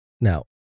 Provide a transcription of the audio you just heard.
Now